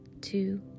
Two